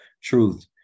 truth